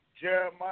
Jeremiah